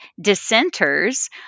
dissenters